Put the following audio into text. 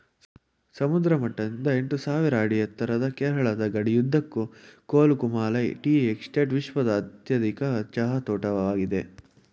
ಸಮುದ್ರ ಮಟ್ಟದಿಂದ ಎಂಟುಸಾವಿರ ಅಡಿ ಎತ್ತರದ ಕೇರಳದ ಗಡಿಯುದ್ದಕ್ಕೂ ಕೊಲುಕುಮಾಲೈ ಟೀ ಎಸ್ಟೇಟ್ ವಿಶ್ವದ ಅತ್ಯಧಿಕ ಚಹಾ ತೋಟವಾಗಿದೆ